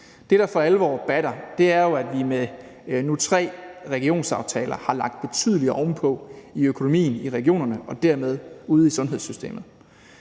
Det, der for alvor batter, er jo, at vi med nu tre regionsaftaler har lagt betydeligt ovenpå i økonomien i regionerne og dermed ude i sundhedssystemet.